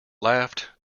laughed